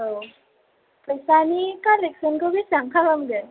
औ फैसानि कालेकसोनखौ बेसेबां खालामगोन